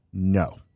No